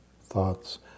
thoughts